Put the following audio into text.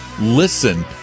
listen